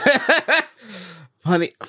Funny